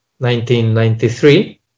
1993